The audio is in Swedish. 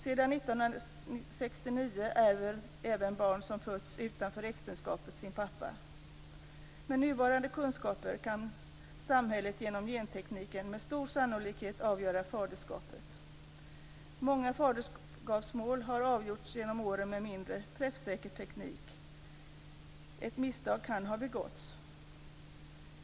Sedan 1969 ärver även barn som fötts utanför äktenskapet sin pappa. Med nuvarande kunskaper kan samhället genom gentekniken med stor sannolikhet avgöra faderskapet. Många faderskapsmål har avgjorts genom åren med mindre träffsäker teknik. Misstag kan ha begåtts.